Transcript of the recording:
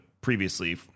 previously